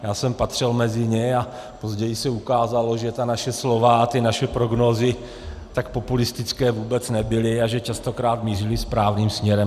Já jsem patřil mezi ně a později se ukázalo, že ta naše slova a naše prognózy tak populistické vůbec nebyly a že častokrát mířily správným směrem.